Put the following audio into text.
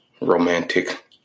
Romantic